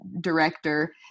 director